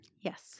Yes